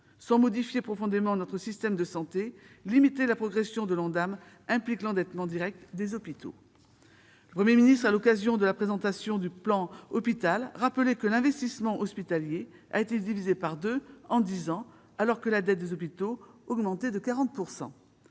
Sans modification profonde de notre système de santé, limiter la progression l'Ondam implique l'endettement direct des hôpitaux. Le Premier ministre, à l'occasion de la présentation du plan Hôpital, rappelait que l'investissement hospitalier a été divisé par deux en dix ans, alors que la dette des hôpitaux augmentait de 40 %.